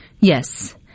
Yes